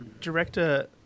director